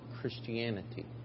Christianity